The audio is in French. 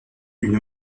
une